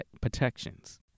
protections